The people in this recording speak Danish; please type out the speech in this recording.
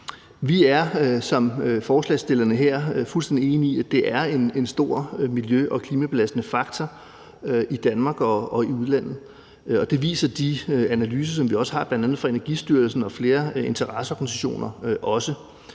Vi er som forslagsstillerne her fuldstændig enige i, at det er en stor miljø- og klimabelastende faktor i Danmark og i udlandet. Det viser de analyser, som vi har, bl.a. fra Energistyrelsen og flere interesseorganisationer,